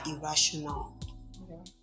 irrational